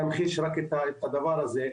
ברשותך, אני רק אמחיש את הדבר הזה.